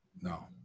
no